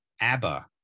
ABBA